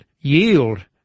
yield